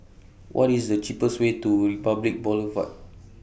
What IS The cheapest Way to Republic Boulevard